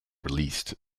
released